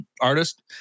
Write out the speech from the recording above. artist